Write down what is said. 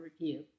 review